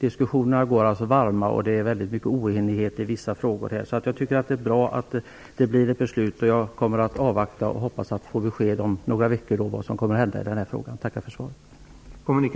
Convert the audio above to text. Diskussionerna går varma, och det råder oenighet i vissa frågor. Jag tycker att det är bra att det blir ett beslut. Jag kommer att avvakta och hoppas få besked om vad som kommer att hända i denna fråga om några veckor. Jag tackar för svaret.